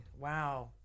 Wow